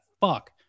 fuck